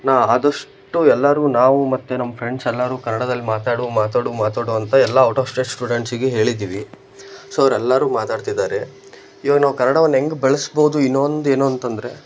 ನಾ ಆದಷ್ಟು ಎಲ್ಲಾರಿಗೂ ನಾವು ಮತ್ತು ನಮ್ಮ ಫ್ರೆಂಡ್ಸ್ ಎಲ್ಲಾರು ಕನ್ನಡದಲ್ ಮಾತಾಡು ಮಾತಾಡು ಮಾತಾಡು ಅಂತ ಎಲ್ಲ ಔಟ್ ಆಫ್ ಸ್ಟೇಟ್ ಸ್ಟೂಡೆಂಟ್ಸಿಗೆ ಹೇಳಿದ್ದೀವಿ ಸೊ ಅವರೆಲ್ಲಾರು ಮಾತಾಡ್ತಿದಾರೆ ಇವಾಗ ನಾವು ಕನ್ನಡವನ್ನು ಹೇಗ್ ಬೆಳಸ್ಬೋದು ಇನ್ನೂ ಒಂದು ಏನೂ ಅಂತಂದರೆ